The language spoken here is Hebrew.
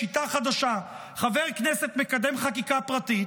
שיטה חדשה: חבר כנסת מקדם חקיקה פרטית,